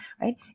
right